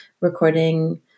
recording